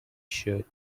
shirt